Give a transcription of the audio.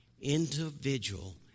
individual